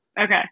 Okay